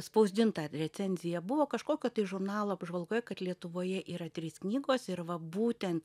spausdinta recenzija buvo kažkokio žurnalo apžvalgoje kad lietuvoje yra trys knygos ir va būten